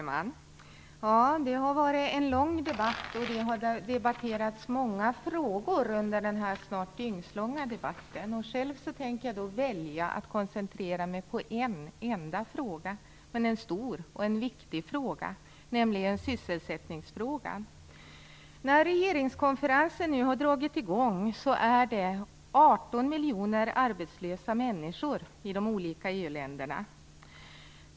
Fru talman! Det har varit en nästan dygnslång debatt, och många frågor har debatterats. Jag tänker själv välja att koncentrera mig på en enda fråga, men en stor och viktig fråga, nämligen sysselsättningsfrågan. När regeringskonferensen nu har dragit i gång finns det 18 miljoner arbetslösa människor i de olika EU-länderna.